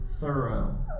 thorough